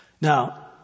Now